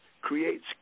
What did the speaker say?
creates